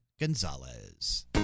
Gonzalez